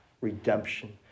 redemption